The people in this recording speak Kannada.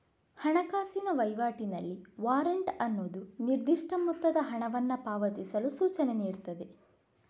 ಹಣಕಾಸಿನ ವೈವಾಟಿನಲ್ಲಿ ವಾರೆಂಟ್ ಅನ್ನುದು ನಿರ್ದಿಷ್ಟ ಮೊತ್ತದ ಹಣವನ್ನ ಪಾವತಿಸಲು ಸೂಚನೆ ನೀಡ್ತದೆ